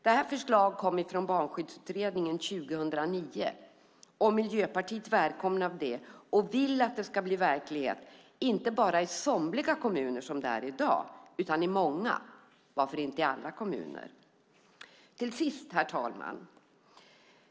Detta förslag kom från Barnskyddsutredningen 2009, och Miljöpartiet välkomnar det och vill att det ska bli verklighet inte bara i somliga kommuner som det är i dag utan i många och varför inte i alla kommuner. Herr talman!